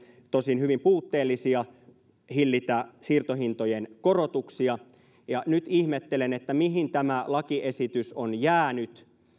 tosin hyvin puutteellisia keinoja hillitä siirtohintojen korotuksia nyt ihmettelen mihin tämä lakiesitys on jäänyt